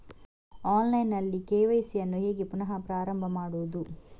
Online ನಲ್ಲಿ KYC ಯನ್ನು ಹೇಗೆ ಪುನಃ ಪ್ರಾರಂಭ ಮಾಡುವುದು?